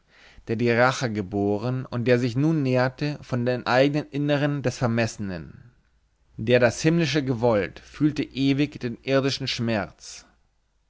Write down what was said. den die rache geboren und der sich nun nährte von dem eignen innern des vermessenen der das himmlische gewollt fühlte ewig den irdischen schmerz